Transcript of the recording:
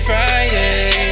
Friday